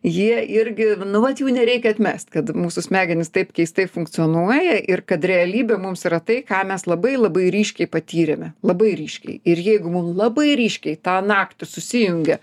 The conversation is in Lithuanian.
jie irgi nu vat jų nereikia atmest kad mūsų smegenys taip keistai funkcionuoja ir kad realybė mums yra tai ką mes labai labai ryškiai patyrėme labai ryškiai ir jeigu mum labai ryškiai tą naktį susijungia